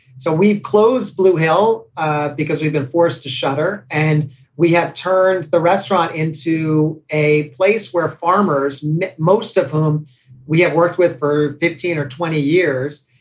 so we've closed blue hill ah because we've been forced to shutter and we have turned the restaurant into a place where farmers, most of whom we have worked with for fifteen or twenty years,